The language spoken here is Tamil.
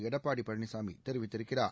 எடப்பாடி பழனிசாமி தெரிவித்திருக்கிறார்